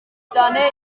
cyane